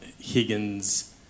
Higgins